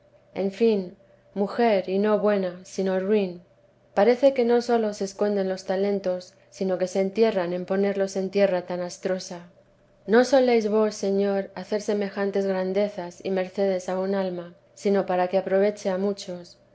en fin mujer y no buena sino ruin parece que no sólo se esconden los talentos sino que se entierran en ponerlos en tierra tan astrosa no soléis vos señor hacer semejantes grandezas y mercedes a un alma sino para que aproveche a muchos